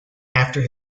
after